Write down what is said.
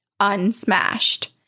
unsmashed